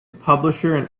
publisher